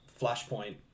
Flashpoint